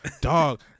dog